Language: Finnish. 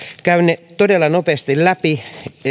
käyn ne todella nopeasti läpi